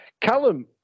Callum